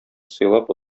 сыйлап